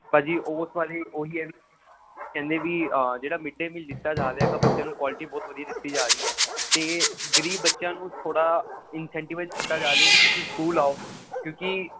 ਭਾਅ ਜੀ ਉਹ ਭਾਅ ਜੀ ਉਹੀ ਹੈ ਵੀ ਕਹਿੰਦੇ ਵੀ ਜਿਹੜਾ ਮਿਡ ਡੇ ਮੀਲ ਦਿੱਤਾ ਜਾ ਰਿਹਾ ਹੈਗਾ ਬੱਚਿਆਂ ਨੂੰ ਕੁਆਲਿਟੀ ਬਹੁਤ ਵਧੀਆ ਦਿੱਤੀ ਜਾ ਰਹੀ ਹੈ ਅਤੇ ਗਰੀਬ ਬੱਚਿਆਂ ਨੂੰ ਥੋੜ੍ਹਾ ਇਨਸੈਂਟਿਵਜ ਦਿੱਤਾ ਜਾਵੇ ਵੀ ਤੁਸੀਂ ਸਕੂਲ ਆਓ ਕਿਉਂਕਿ